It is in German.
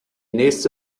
nächste